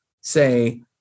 say